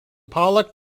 pollock